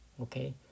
okay